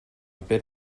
bit